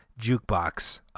jukebox